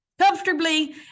comfortably